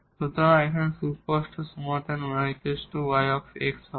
সুতরাং এখানে সুস্পষ্ট সমাধান y y হবে